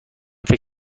فکر